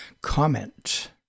comment